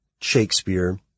Shakespeare